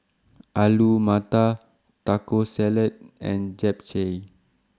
Alu Matar Taco Salad and Japchae